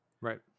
Right